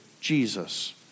Jesus